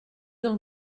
del